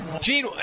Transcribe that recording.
Gene